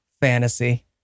Fantasy